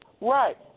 Right